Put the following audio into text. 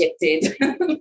rejected